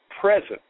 present